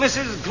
Mrs